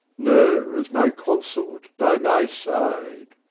no, as my consort by my side.